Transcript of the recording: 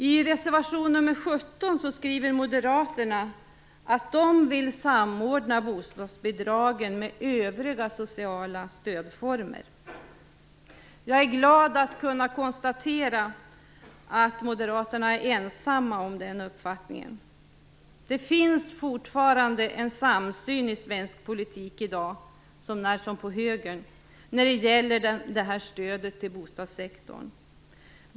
I reservation nr 17 skriver Moderaterna att de vill samordna bostadsbidragen med övriga sociala stödformer. Jag är glad att kunna konstatera att Moderaterna är ensamma om den uppfattningen. Det finns fortfarande en samsyn i svensk politik i dag, så när som på högern, när det gäller det här stödet till bostadssektorn.